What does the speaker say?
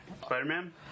Spider-Man